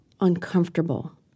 uncomfortable